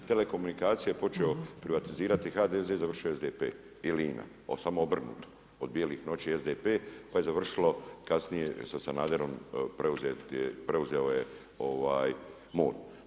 Telekomunikacije je počeo privatizirati HDZ a završio je SDP ili INA, samo obrnuto, od bijelih noći SDP pa je završilo kasnije sa Sanaderom preuzeo je MOL.